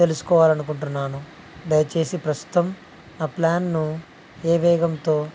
తెలుసుకోవాలని అనుకుంటున్నాను దయచేసి ప్రస్తుతం నా ప్లాన్ను ఏ వేగంతో